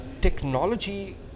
technology